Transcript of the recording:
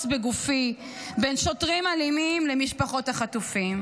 בגופי בין שוטרים אלימים למשפחות החטופים.